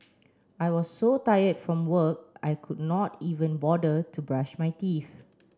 I was so tired from work I could not even bother to brush my teeth